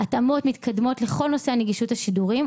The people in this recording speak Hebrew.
התאמות מתקדמות לכל נושא נגישות השידורים,